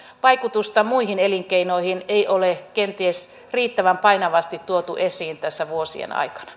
vaikutusta muihin elinkeinoihin ei ole kenties riittävän painavasti tuotu esiin tässä vuosien aikana